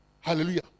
Hallelujah